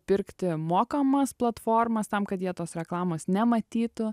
pirkti mokamas platformas tam kad jie tos reklamos nematytų